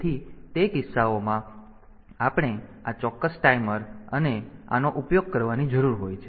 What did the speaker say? તેથી તે કિસ્સાઓમાં આપણે આ ચોક્કસ ટાઈમર અને આનો ઉપયોગ કરવાની જરૂર હોય છે